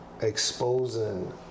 exposing